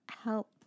help